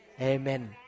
Amen